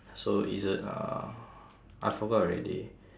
so either uh I forgot already